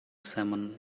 salmon